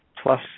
plus